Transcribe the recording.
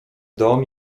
dom